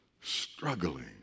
struggling